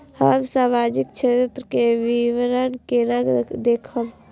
हम सामाजिक क्षेत्र के विवरण केना देखब?